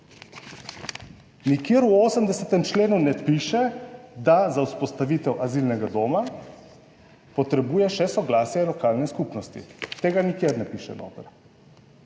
Nikjer v 80. členu ne piše, da za vzpostavitev azilnega doma potrebuje še soglasje lokalne skupnosti. Tega nikjer ne piše noter.